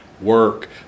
work